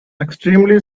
extremely